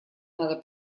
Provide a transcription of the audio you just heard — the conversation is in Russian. надо